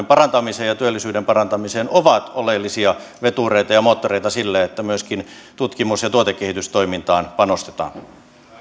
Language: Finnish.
parantamiseen ja työllisyyden parantamiseen ovat oleellisia vetureita ja moottoreita sille että myöskin tutkimus ja tuotekehitystoimintaan panostetaan arvoisa